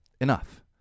Enough